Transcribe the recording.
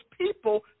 people